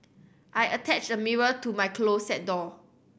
I attached a mirror to my closet door